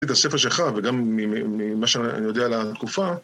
את הספר שלך וגם ממה שאני יודע על התקופה